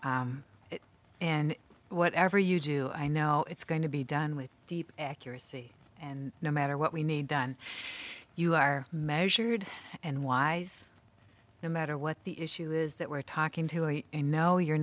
and whatever you do i know it's going to be done with deep accuracy and no matter what we need done you are measured and wise no matter what the issue is that we're talking to eat you know you're